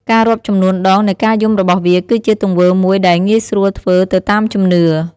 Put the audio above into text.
ការរាប់ចំនួនដងនៃការយំរបស់វាគឺជាទង្វើមួយដែលងាយស្រួលធ្វើទៅតាមជំនឿ។